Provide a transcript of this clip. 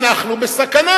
אנחנו בסכנה.